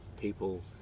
people